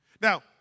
Now